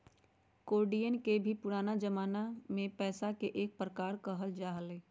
कौडियवन के भी पुराना जमाना में पैसा के एक प्रकार कहल जा हलय